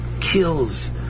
kills